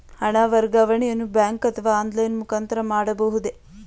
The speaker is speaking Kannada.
ಹಣ ವರ್ಗಾವಣೆಯನ್ನು ಬ್ಯಾಂಕ್ ಅಥವಾ ಆನ್ಲೈನ್ ಮುಖಾಂತರ ಮಾಡಬಹುದೇ?